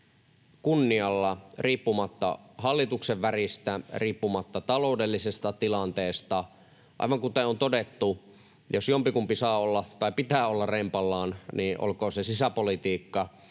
kunnialla riippumatta hallituksen väristä, riippumatta taloudellisesta tilanteesta. Aivan kuten on todettu: jos jommankumman pitää olla rempallaan, niin olkoon se sisäpolitiikka.